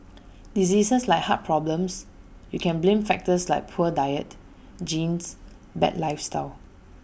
diseases like heart problems you can blame factors like poor diet genes bad lifestyle